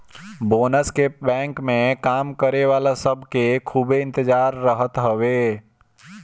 bonus के bank में काम करे वाला सब के खूबे इंतजार रहत हवे